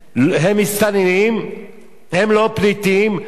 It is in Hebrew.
הם לא פליטים, אבל אנחנו לא מוכיחים זאת בעליל.